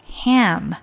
ham